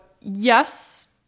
yes